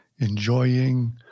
enjoying